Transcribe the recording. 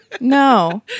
no